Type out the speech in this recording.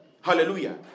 Hallelujah